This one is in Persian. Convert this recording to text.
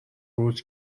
بود